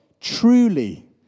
truly